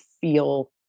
feel